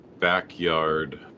backyard